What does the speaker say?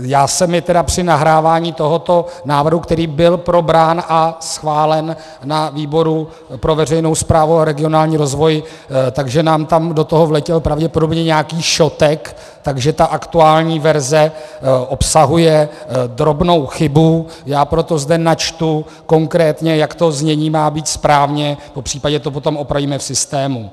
Já jsem teda při nahrávání tohoto návrhu, který byl probrán a schválen na výboru pro veřejnou správu a regionální rozvoj, takže nám tam do toho vletěl pravděpodobně nějaký šotek, takže ta aktuální verze obsahuje drobnou chybu, a proto zde načtu konkrétně, jak to znění má být správně, popř. to potom opravíme v systému.